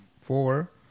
four